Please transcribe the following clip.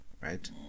Right